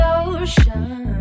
ocean